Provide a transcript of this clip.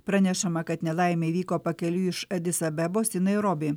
pranešama kad nelaimė įvyko pakeliui iš adis abebos į nairobį